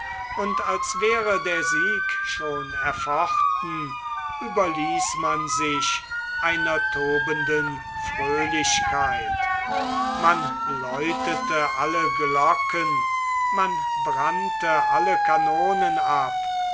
und als wäre der sieg schon erfochten überließ man sich einer tobenden fröhlichkeit man läutete alle glocken man brannte alle kanonen ab